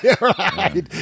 right